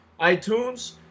iTunes